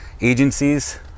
Agencies